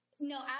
No